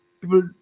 people